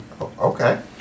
Okay